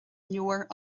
leabhair